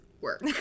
work